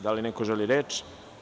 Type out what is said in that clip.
Da li neko želi reč?